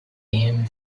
him